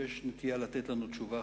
שיש נטייה לתת לנו תשובה.